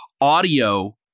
audio